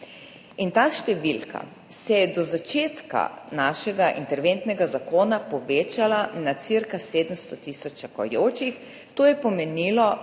Ta številka se je do začetka našega interventnega zakona povečala na cirka 700 tisoč čakajočih. To je pomenilo